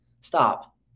Stop